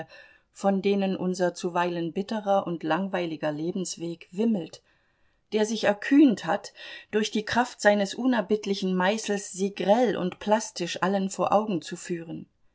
von denen unser zuweilen bitterer und langweiliger lebensweg wimmelt der sich erkühnt hat durch die kraft seines unerbittlichen meißels sie grell und plastisch allen vor augen zu führen